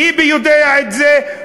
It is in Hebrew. ביבי יודע את זה,